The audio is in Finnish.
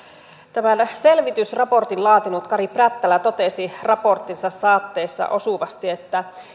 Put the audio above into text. tämän selvitysraportin laatinut kari prättälä totesi raporttinsa saatteessa osuvasti että